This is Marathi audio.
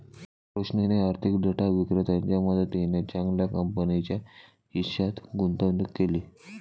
रोशनीने आर्थिक डेटा विक्रेत्याच्या मदतीने चांगल्या कंपनीच्या हिश्श्यात गुंतवणूक केली